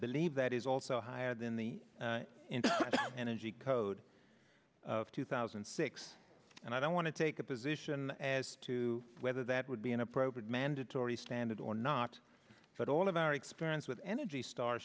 believe that is also higher than the energy code of two thousand and six and i don't want to take a position as to whether that would be an appropriate mandatory standard or not but all of our experience with energy star